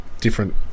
different